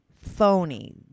phony